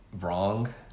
wrong